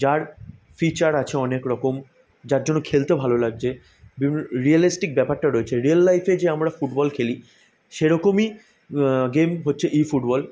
যার ফিচার আছে অনেক রকম যার জন্য খেলতেও ভালো লাগছে বিভিন্ন রিয়েলিস্টিক ব্যপারটা রয়েছে রিয়েল লাইফে যে আমরা ফুটবল খেলি সেরকমই গেম হচ্ছে ই ফুটবল